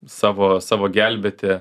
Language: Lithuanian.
savo savo gelbėti